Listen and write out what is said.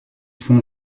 font